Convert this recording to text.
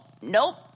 Nope